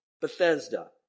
Bethesda